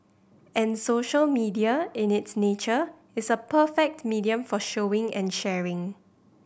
and social media in its nature is a perfect medium for showing and sharing